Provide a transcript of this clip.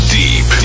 deep